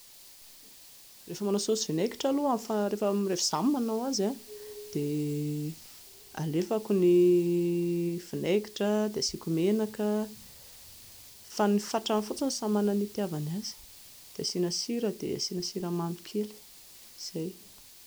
Rehefa manao saosy vinaingitra aloha rehefa izaho no manao azy, dia alefako ny vinaingitra dia asiako menaka, fa ny fatrany fotsiny no samy manana ny hitiavany azy, dia asiana sira dia asiana siramamy kely, izay.